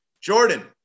Jordan